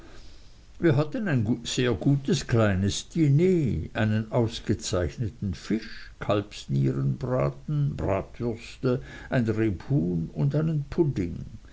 wir hatten ein sehr gutes kleines diner einen ausgezeichneten fisch kalbsnierenbraten bratwürste ein rebhuhn und einen pudding